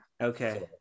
Okay